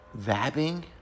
Vabbing